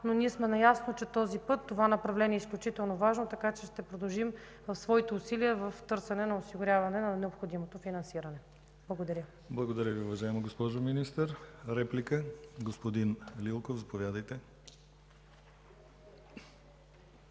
но ние сме наясно, че този път, това направление е изключително важно, така че ще продължим в своите усилия в търсене на осигуряване на необходимото финансиране. Благодаря.